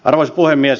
arvoisa puhemies